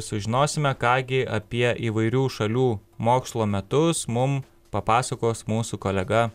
sužinosime ką gi apie įvairių šalių mokslo metus mum papasakos mūsų kolega